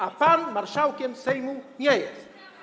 a pan marszałkiem Sejmu nie jest.